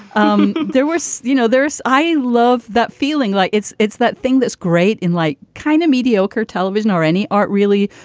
um there was you know, there's i love that feeling. like it's it's that thing that's great in like kind of mediocre television or any art, really?